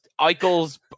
Eichel's